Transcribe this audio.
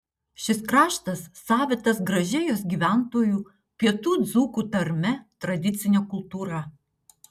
šis kraštas savitas gražia jos gyventojų pietų dzūkų tarme tradicine kultūra